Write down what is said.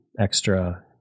extra